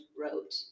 wrote